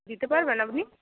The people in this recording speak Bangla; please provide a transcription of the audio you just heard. দিতে পারবেন আপনি